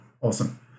Awesome